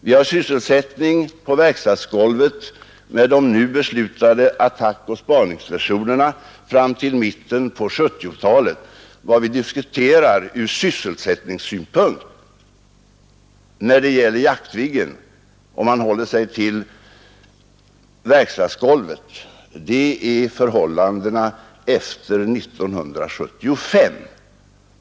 Vi har sysselsättning på verkstadsgolvet med de nu beslutade attackoch spaningsversionerna fram till mitten på 1970-talet. Vad vi diskuterar ur sysselsättningssynpunkt när det gäller Jaktviggen — om man håller sig till verkstadsgolvet — är förhållandena efter 1975.